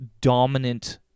dominant